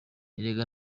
erega